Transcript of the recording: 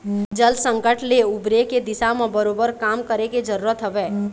जल संकट ले उबरे के दिशा म बरोबर काम करे के जरुरत हवय